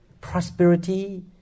prosperity